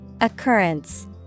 Occurrence